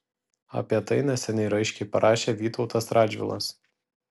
apie tai neseniai raiškiai parašė vytautas radžvilas